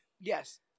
Yes